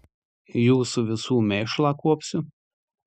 jūsų visų mėšlą kuopsiu